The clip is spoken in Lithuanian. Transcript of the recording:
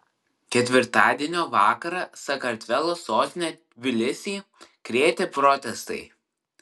ketvirtadienio vakarą sakartvelo sostinę tbilisį krėtė protestai